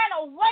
away